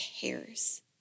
cares